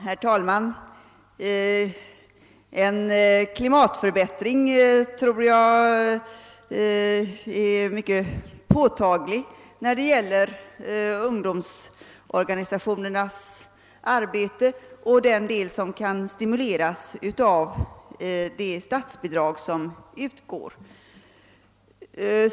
Herr talman! Jag tror att klimatförbättringen är mycket påtaglig när det gäller ungdomsorganisationernas arbete och den del som kan stimuleras av de statsbidrag som utgår.